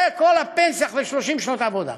זה כל הפנסיה אחרי 30 שנות עבודה.